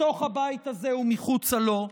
בתוך הבית הזה ומחוצה לו,